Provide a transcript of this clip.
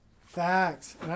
Facts